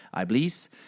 Iblis